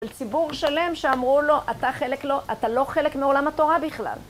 לציבור שלם שאמרו לו, אתה לא חלק מעולם התורה בכלל.